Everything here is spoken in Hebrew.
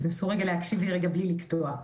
נסו רגע להקשיב לי בלי לקטוע.